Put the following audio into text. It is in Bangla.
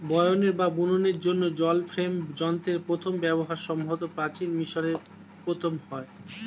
বয়নের বা বুননের জন্য জল ফ্রেম যন্ত্রের প্রথম ব্যবহার সম্ভবত প্রাচীন মিশরে প্রথম হয়